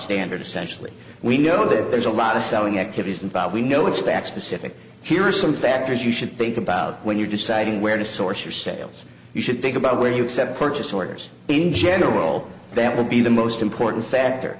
standard essentially we know that there's a lot of selling activities involve we know it's back specific here are some factors you should think about when you're deciding where to source your sales you should think about where you accept purchase orders in general that will be the most important factor